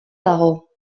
dago